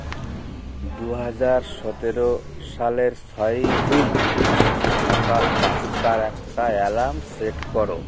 দুহাজার সতেরো সালের ছয়েই জুন সকাল পাঁচটার একটা আলার্ম সেট করো